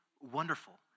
wonderful